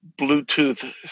Bluetooth